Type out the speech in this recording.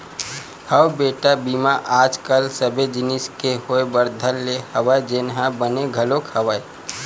हव बेटा बीमा आज कल सबे जिनिस के होय बर धर ले हवय जेनहा बने घलोक हवय